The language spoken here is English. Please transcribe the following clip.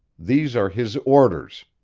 these are his orders.